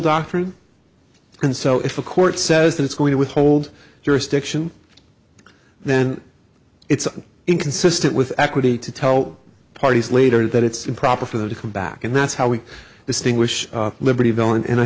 doctrine and so if a court says that it's going to withhold jurisdiction then it's inconsistent with equity to tell parties later that it's improper for them to come back and that's how we distinguish libertyville and